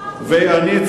את איוב קרא לשר.